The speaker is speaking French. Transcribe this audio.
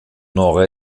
nord